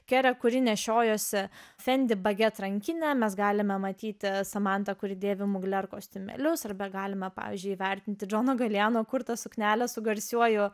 kere kurį nešiojosi mes galime matyti samantą kuri dėvi kostiumėlius ar begalima pavyzdžiui įvertinti džono galeno kurtą suknelę su garsiuoju